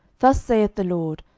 thus saith the lord,